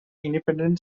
independent